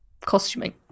costuming